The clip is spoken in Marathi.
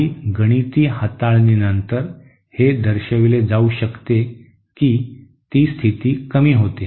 काही गणिती हाताळणीनंतर हे दर्शविले जाऊ शकते की ती स्थिती कमी होते